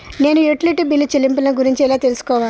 నేను utility bill చెల్లింపులను గురించి ఎలా తెలుసుకోవాలి?